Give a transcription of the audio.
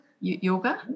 Yoga